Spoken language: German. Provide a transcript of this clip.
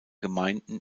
gemeinden